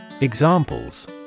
Examples